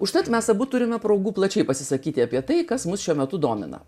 užtat mes abu turime progų plačiai pasisakyti apie tai kas mus šiuo metu domina